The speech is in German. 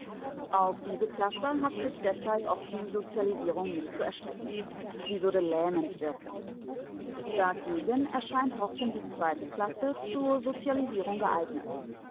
auf diese klasse hat sich deshalb auch die sozialisierung nicht zu erstrecken sie würde lähmend wirken dagegen erscheint horten die zweite klasse zur sozialisierung geeignet